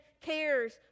cares